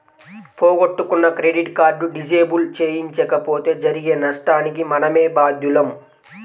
పోగొట్టుకున్న credit card disable చేయించకపోతే జరిగే నష్టానికి మనమే బాధ్యులం